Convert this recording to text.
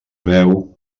veu